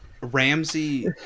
Ramsey